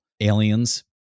aliens